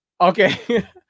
Okay